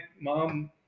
mom